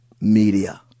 media